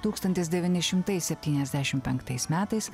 tūkstantis devyni šimtai septyniasdešim penktais metais